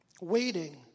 waiting